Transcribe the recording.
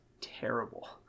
terrible